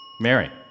Mary